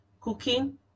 cooking